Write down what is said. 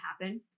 happen